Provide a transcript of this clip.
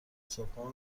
صبحا